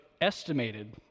estimated